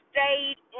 stayed